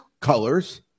Colors